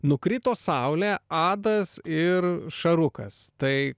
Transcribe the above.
nukrito saulė adas ir šarukas tai